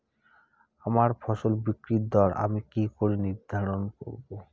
আমার ফসল বিক্রির দর আমি কি করে নির্ধারন করব?